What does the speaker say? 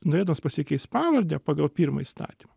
norėdamas pasikeist pavardę pagal pirmą įstatymą